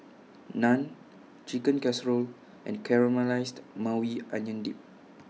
Naan Chicken Casserole and Caramelized Maui Onion Dip